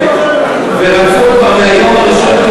ורצו כבר ביום הראשון,